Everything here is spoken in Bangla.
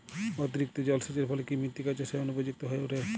অতিরিক্ত জলসেচের ফলে কি মৃত্তিকা চাষের অনুপযুক্ত হয়ে ওঠে?